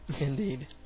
Indeed